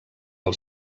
del